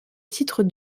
titre